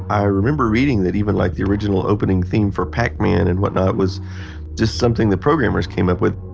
i remember reading that even like the original opening theme for pac-man and what not was just something the programmers came up with.